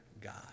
God